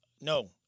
no